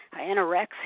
anorexia